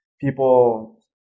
people